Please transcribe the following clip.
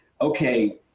okay